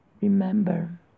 Remember